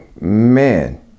man